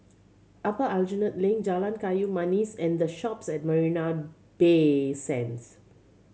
Upper Aljunied Link Jalan Kayu Manis and The Shoppes at Marina Bay Sands